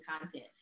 content